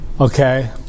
Okay